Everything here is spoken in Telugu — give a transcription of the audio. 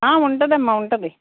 ఉంటుందమ్మా ఉంటుంది